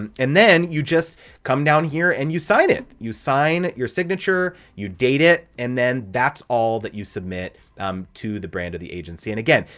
and and then, you just come down here and you sign it, you sign your signature, you date it and then that's all that you submit um to the brand or the agency. and again,